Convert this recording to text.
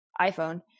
iphone